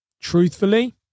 truthfully